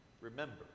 Remember